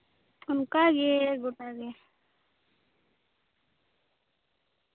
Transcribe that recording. ᱚᱱᱠᱟᱜᱮ ᱜᱚᱴᱟᱜᱮ